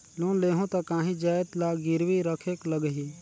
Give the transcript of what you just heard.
Loan लेहूं ता काहीं जाएत ला गिरवी रखेक लगही?